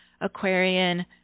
Aquarian